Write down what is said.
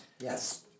Yes